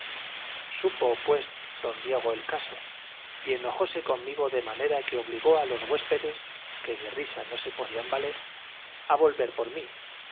supo pues don diego el caso y enojóse conmigo de manera que obligó a los huéspedes que de risa no se podían valer a volver por mí